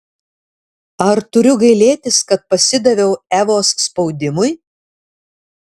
ar turiu gailėtis kad pasidaviau evos spaudimui